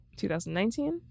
2019